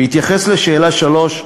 בהתייחס לשאלה 3,